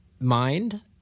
mind